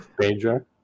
Danger